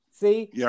See